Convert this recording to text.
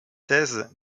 thèses